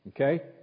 Okay